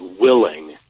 willing